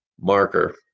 marker